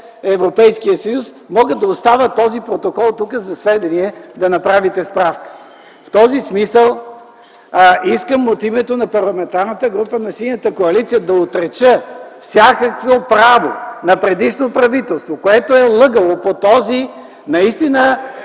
Европейския съюз. Мога да оставя този протокол (показва го) тук за сведение, за да направите справка. В този смисъл искам, от името на Парламентарната група на Синята коалиция, да отрека всякакво право на предишно правителство, което е лъгало по този, наистина,